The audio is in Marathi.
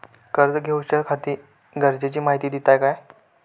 कर्ज घेऊच्याखाती गरजेची माहिती दितात काय?